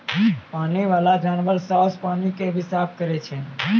पानी बाला जानवर सोस पानी के भी साफ करै छै